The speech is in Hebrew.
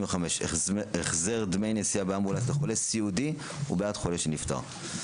65) (החזר דמי נסיעה באמבולנס לחולה סיעודי ובעד חולה שנפטר),